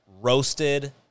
roasted